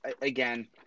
Again